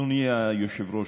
אדוני היושב-ראש,